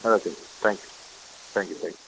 okay sir thank you sir thank you thank you